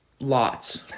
Lots